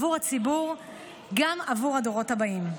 עבור הציבור וגם עבור הדורות הבאים.